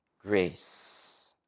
grace